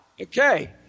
Okay